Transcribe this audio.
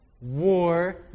war